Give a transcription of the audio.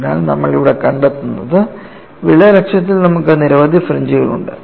അതിനാൽ നമ്മൾ ഇവിടെ കണ്ടെത്തുന്നത് വിള്ളൽ അക്ഷത്തിൽ നമുക്ക് നിരവധി ഫ്രിഞ്ച്കളുണ്ട്